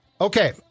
Okay